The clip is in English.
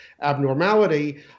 abnormality